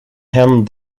herrn